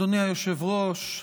אדוני היושב-ראש,